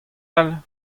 all